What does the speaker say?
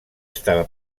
estava